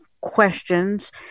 questions